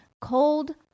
cold